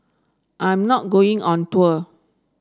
I'm not going on tour